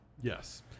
Yes